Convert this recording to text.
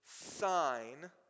sign